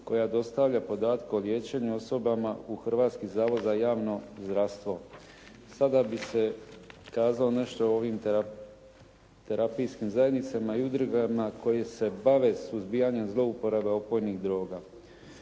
koja dostavlja podatke o liječenju osobama u Hrvatski zavod za javno zdravstvo. Sada bih kazao nešto o ovim terapijskim zajednicama i udrugama koje se bave suzbijanjem zlouporaba opojnih droga.